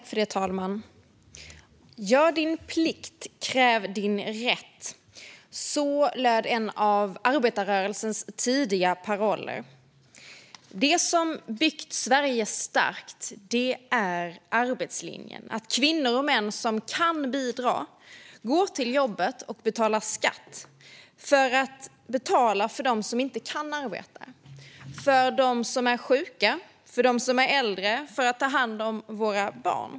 Fru talman! "Gör din plikt, kräv din rätt!" Så löd en av arbetarrörelsens tidiga paroller. Det som har byggt Sverige starkt är arbetslinjen - att kvinnor och män som kan bidra går till jobbet och betalar skatt, för att betala för dem som inte kan arbeta. Det handlar om de sjuka, om de äldre och om våra barn.